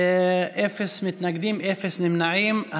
אפס מתנגדים, אפס נמנעים.